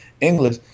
English